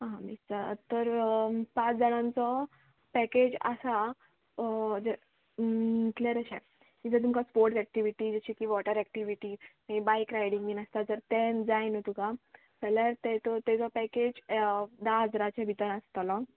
आ मि तर पांच जाणांचो पॅकेज आसा कितले अशें किदें तुमकां स्पोर्ट्स एक्टिविटी जशें की वॉटर एक्टिविटी बायक रायडींगीन आसता जर तें जाय न्हू तुका जाल्यार तेजो पॅकेज धा हजराचे भितर आसतलो